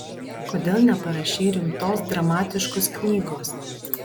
kodėl neparašei rimtos dramatiškos knygos